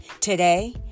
Today